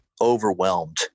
overwhelmed